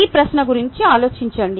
ఈ ప్రశ్న గురించి ఆలోచించండి